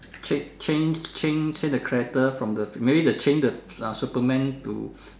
ch~ change change change the character from the maybe the change the uh Superman to